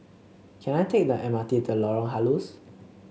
can I take the M R T to Lorong Halus